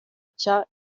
cya